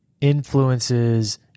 influences